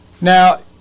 Now